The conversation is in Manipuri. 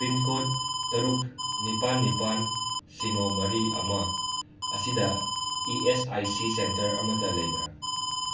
ꯄꯤꯟ ꯀꯣꯠ ꯇꯔꯨꯛ ꯅꯤꯄꯥꯟ ꯅꯤꯄꯥꯟ ꯁꯤꯅꯣ ꯃꯔꯤ ꯑꯃ ꯑꯁꯤꯗ E S I C centre ꯑꯃꯇ ꯂꯩꯕ꯭꯭ꯔꯥ